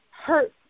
hurt